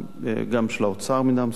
וגם של האוצר במידה מסוימת.